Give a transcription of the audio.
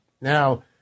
Now